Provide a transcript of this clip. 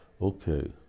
Okay